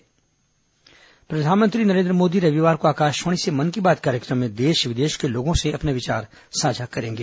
मन की बात प्रधानमंत्री नरेन्द्र मोदी रविवार को आकाशवाणी से मन की बात कार्यक्रम में देश विदेश के लोगों से अपने विचार साझा करेंगे